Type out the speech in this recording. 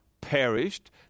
perished